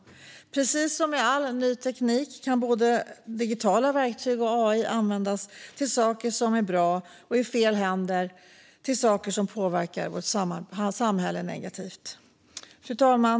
Precis som med all ny teknik kan både digitala verktyg och AI användas till saker som är bra och i fel händer till saker som påverkar vårt samhälle negativt. Fru talman!